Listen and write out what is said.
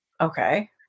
Okay